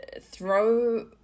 throw